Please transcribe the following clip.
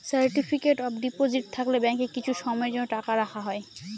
certificate of deposit থাকলে ব্যাঙ্কে কিছু সময়ের জন্য টাকা রাখা হয়